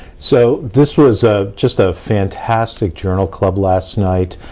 so, this was ah just a fantastic journal club last night.